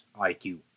IQ